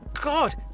God